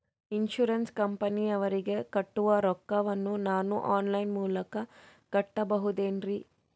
Insurance ಕಂಪನಿಯವರಿಗೆ ಕಟ್ಟುವ ರೊಕ್ಕ ವನ್ನು ನಾನು ಆನ್ ಲೈನ್ ಮೂಲಕ ಕಟ್ಟಬಹುದೇನ್ರಿ?